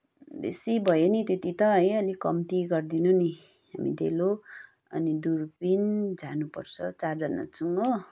बेसी भयो नि त्यति त है अलिक कम्ती गरिदिनु नि हामी डेलो अनि दुर्बिन जानुपर्छ चारजना छौँ हो